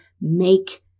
make